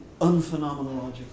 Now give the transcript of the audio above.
unphenomenological